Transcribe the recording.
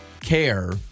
care